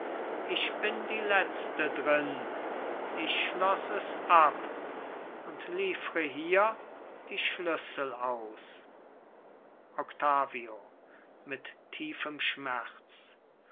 ich bin die letzte drin ich schloß es ab und liefre hier die schlüssel aus octavio mit tiefem schmerz